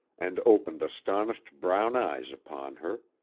and opened astonished brown eyes upon her.